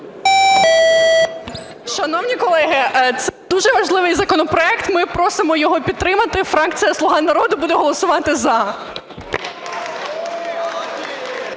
Шановні колеги, це дуже важливий законопроект. Ми просимо його підтримати. Фракція "Слуга народу" буде голосувати "за".